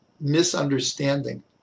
misunderstanding